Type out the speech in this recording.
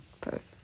Perfect